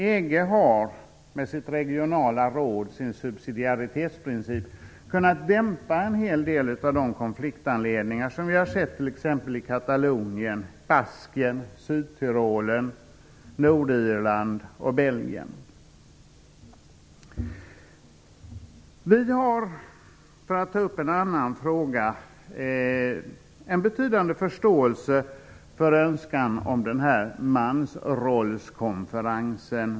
EG har med sitt regionala råd och sin subsidiaritetsprincip kunnat dämpa en hel del av de konfliktanledningar som vi har sett t.ex. i Katalonien, Vi moderater har, för att ta upp en annan fråga, en betydande förståelse för önskan om mansrollskonferensen.